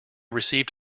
received